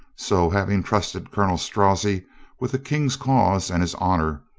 so having trusted colonel strozzi with the king's cause and his honor,